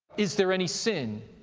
is there any sin,